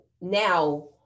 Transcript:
now